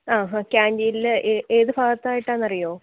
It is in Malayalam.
ആ ഹ കാൻറ്റീനിൽ ഏത് ഭാഗത്തായിട്ടാണെന്ന് അറിയോ